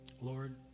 Lord